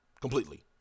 completely